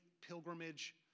pilgrimage